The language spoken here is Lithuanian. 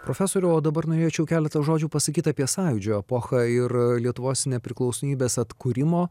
profesoriau o dabar norėčiau keletą žodžių pasakyt apie sąjūdžio epochą ir lietuvos nepriklausomybės atkūrimo